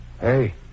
Hey